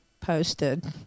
posted